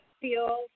feel